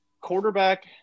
quarterback